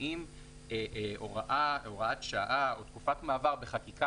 כשקובעים הוראת שעה או תקופת מעבר בחקיקה